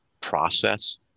process